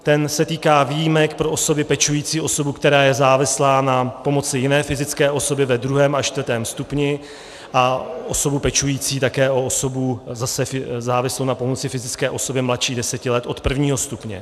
Ten se týká výjimek pro osoby pečující o osobu, která je závislá na pomoci jiné fyzické osoby ve druhém až čtvrtém stupni, a osobu pečující také o osobu závislou na pomoci fyzické osoby mladší deseti let, od prvního stupně.